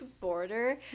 Border